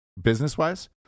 business-wise